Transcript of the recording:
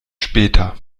später